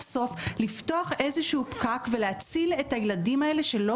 סוף לפתוח איזשהו פקק ולהציל את הילדים האלה שלא